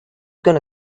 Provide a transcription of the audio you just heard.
gonna